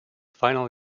final